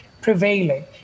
prevailing